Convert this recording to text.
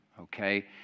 Okay